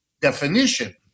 definition